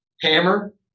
hammer